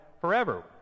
forever